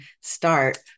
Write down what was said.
start